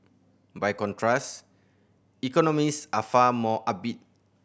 by contrast economist are far more upbeat